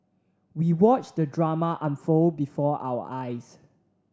we watched the drama unfold before our eyes